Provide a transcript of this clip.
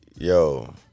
Yo